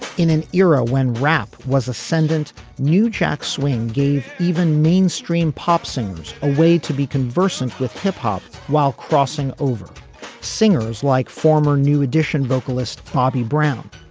in an era when rap was ascendant new jack swing gave even mainstream pop singers a way to be conversant with hip hop while crossing over singers like former new additions vocalist bobby brown.